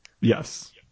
Yes